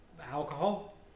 alcohol